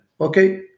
okay